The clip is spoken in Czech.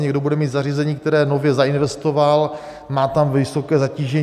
Někdo bude mít zařízení, které nově zainvestoval, má tam vysoké zatížení.